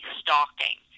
stalking